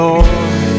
Lord